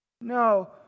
No